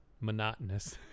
monotonous